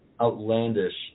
outlandish